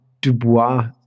Dubois